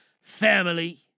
family